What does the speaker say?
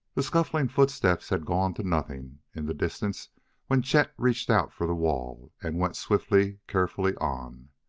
the scuffling footsteps had gone to nothing in the distance when chet reached out for the wall and went swiftly, carefully, on.